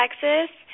Texas